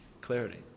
clarity